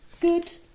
Good